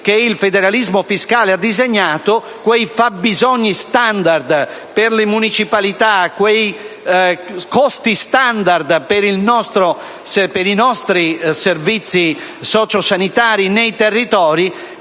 che il federalismo fiscale ha disegnato - i fabbisogni *standard* per le municipalità e i costi *standard* per i nostri servizi socio‑sanitari nei territori